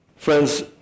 Friends